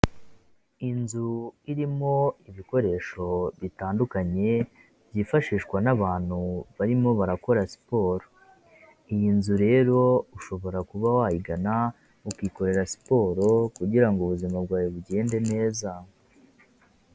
Inzu irimo ibikoresho bitandukanye byifashishwa n'abantu barimo barakora siporo, iyi nzu rero ushobora kuba wayigana ukikorera siporo kugirango ubuzima bwawe bugende neza.